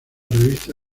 revista